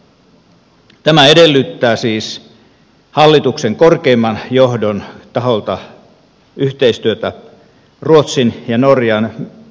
tämä edellyttää siis hallituksen korkeimman johdon taholta yhteistyötä ruotsin ja norjan kanssa